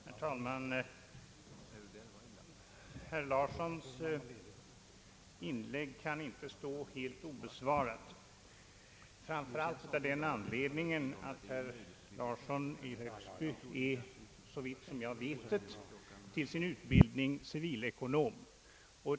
Herr talman! Herr Larssons inlägg kan inte stå helt oemotsagt, framför allt av den anledningen att herr Larsson såvitt jag vet till sin utbildning är civilekonom.